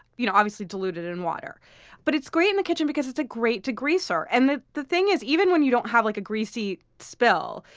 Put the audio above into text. you know obviously diluted in water but it's great in the kitchen because it's a great degreaser. and the the thing is, even when you don't have like a greasy spill,